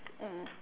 mm